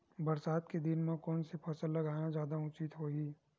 बरसात के दिन म कोन से फसल लगाना जादा उचित होही?